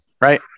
right